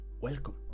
Welcome